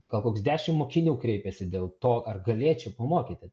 gal koks dešim mokinių kreipėsi dėl to ar galėčiau pamokyti